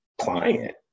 client